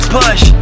push